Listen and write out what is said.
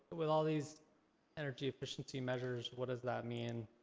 with all these energy efficiency measures what does that mean?